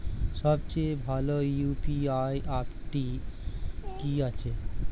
সবচেয়ে ভালো ইউ.পি.আই অ্যাপটি কি আছে?